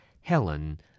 Helen